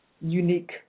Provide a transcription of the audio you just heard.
unique